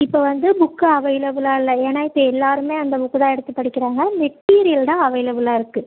இப்போ வந்து புக்கு அவைலபிளாக இல்லை ஏன்னா இப்போ எல்லோருமே அந்த புக்கு தான் எடுத்து படிக்கிறாங்க மெட்டீரியல் தான் அவைலபிளாக இருக்குது